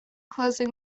closing